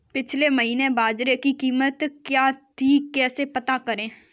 पिछले महीने बाजरे की कीमत क्या थी कैसे पता करें?